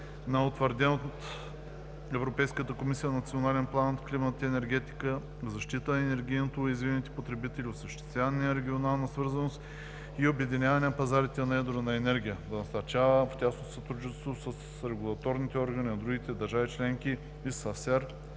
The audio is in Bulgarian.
на утвърден от Европейската комисия Национален план „Климат енергетика“; защита на енергийно уязвимите потребители; осъществяване на регионална свързаност и обединяване на пазарите на едро на енергия; да насърчава, в тясно сътрудничество с регулаторните органи на другите държави членки и с